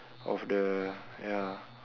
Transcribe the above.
of the ya